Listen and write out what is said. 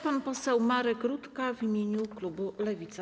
Pan poseł Marek Rutka w imieniu klubu Lewica.